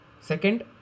second